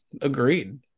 Agreed